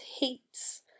hates